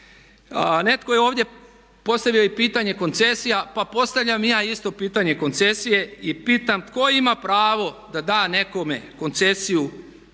Netko je ovdje postavio i pitanje koncesija, pa postavljam i ja isto pitanje koncesije i pitam tko ima pravo da da nekome koncesiju